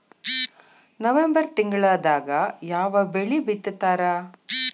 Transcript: November ತಿಂಗಳದಾಗ ಯಾವ ಬೆಳಿ ಬಿತ್ತತಾರ?